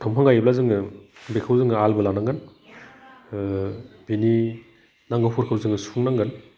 दंफां गायोब्ला जोङो बेखौ जोङो आलबो लानांगोन बिनि नांगौफोरखौ जोङो सुफुं नांगोन